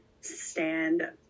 stand